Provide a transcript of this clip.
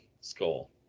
skull